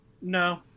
no